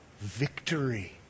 victory